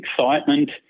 excitement